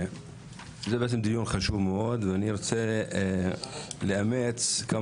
זה בעצם דיון חשוב מאוד ואני ארצה לאמץ כמה